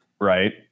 right